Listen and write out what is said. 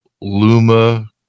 Luma